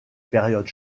périodes